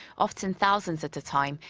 often thousands at a time.